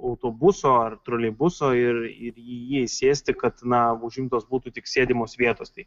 autobuso ar troleibuso ir ir į jį sėsti kad na užimtos būtų tik sėdimos vietos tai